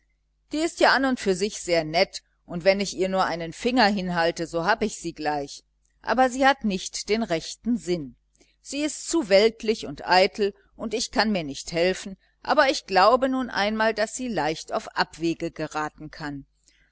die ist ja an und für sich sehr nett und wenn ich ihr nur einen finger hinhalte so hab ich sie gleich aber sie hat nicht den rechten sinn sie ist zu weltlich und eitel und ich kann mir nicht helfen aber ich glaube nun einmal daß sie leicht auf abwege geraten kann